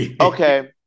Okay